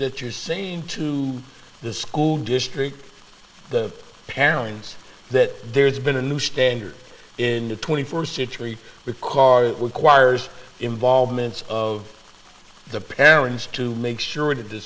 that you're saying to the school district the parents that there's been a new standard in the twenty first century with current requires involvement of the parents to make sure